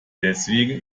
deswegen